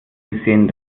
gesehen